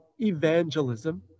evangelism